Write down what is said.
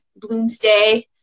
Bloomsday